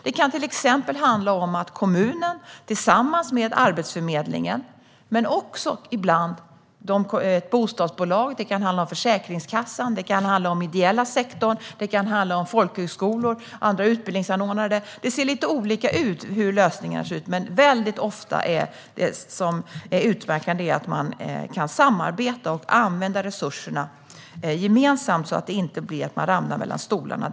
Det kan till exempel handla om att kommunen arbetar tillsammans med Arbetsförmedlingen. Ibland är ett bostadsbolag med. Det kan handla om Försäkringskassan. Det kan handla om den ideella sektorn. Det kan handla om folkhögskolor och andra utbildningsanordnare. Lösningarna ser lite olika ut. Men det som är utmärkande är väldigt ofta att man kan samarbeta och använda resurserna gemensamt så att människor inte ramlar mellan stolarna.